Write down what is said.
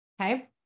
okay